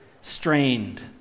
strained